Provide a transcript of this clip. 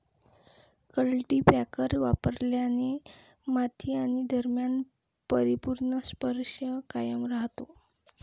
cultipacker वापरल्याने माती आणि दरम्यान परिपूर्ण स्पर्श कायम राहतो